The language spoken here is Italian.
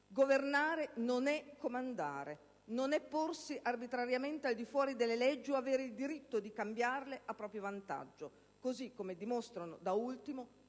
Governare non è comandare, non è porsi arbitrariamente al di fuori delle leggi o avere il diritto di cambiarle a proprio vantaggio, come dimostrano da ultimo